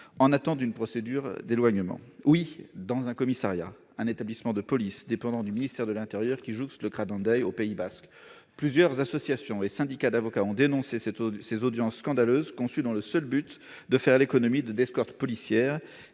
l'attente d'une procédure d'éloignement. Cela s'est produit dans un commissariat, un établissement de police, dépendant du ministère de l'intérieur, qui jouxte le CRA d'Hendaye au Pays basque ! Plusieurs associations et syndicats d'avocats ont dénoncé ces audiences scandaleuses « conçues dans le seul but de faire l'économie des escortes policières